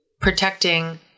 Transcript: protecting